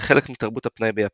לחלק מתרבות הפנאי ביפן.